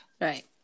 right